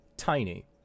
tiny